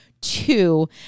two